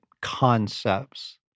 concepts